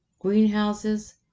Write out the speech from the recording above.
greenhouses